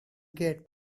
get